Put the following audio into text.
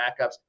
backups